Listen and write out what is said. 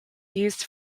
used